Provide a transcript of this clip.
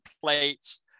plates